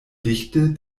dichte